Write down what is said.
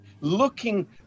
Looking